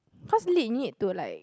cause lit you need to like